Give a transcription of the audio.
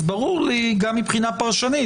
אז ברור לי גם מבחינה פרשנית,